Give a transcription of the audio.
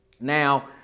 Now